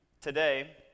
today